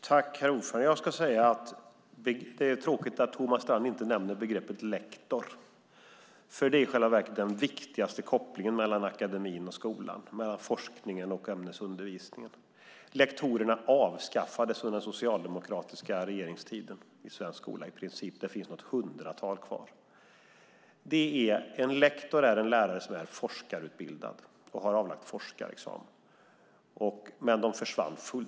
Fru talman! Jag ska säga att det är tråkigt att Thomas Strand inte nämner begreppet lektor, för det är i själva verket den viktigaste kopplingen mellan akademin och skolan, mellan forskningen och ämnesundervisningen. Lektorerna avskaffades i princip i svensk skola under den socialdemokratiska regeringstiden. Det finns något hundratal kvar. En lektor är en lärare som är forskarutbildad och har avlagt forskarexamen.